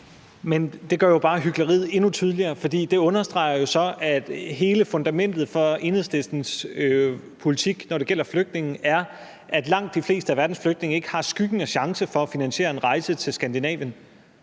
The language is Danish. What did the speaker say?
Men det gør jo bare hykleriet endnu tydeligere. For det understreger jo så, at hele fundamentet for Enhedslistens politik, når det gælder flygtninge, er, at langt de fleste af verdens flygtninge ikke har skyggen af chance for at finansiere en rejse til Skandinavien,